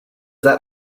that